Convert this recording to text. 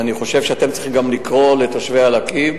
ואני חושב שאתם צריכים לפנות אל תושבי אל-עראקיב